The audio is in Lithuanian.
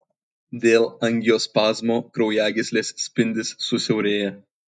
dėl angiospazmo kraujagyslės spindis susiaurėja